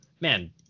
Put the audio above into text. man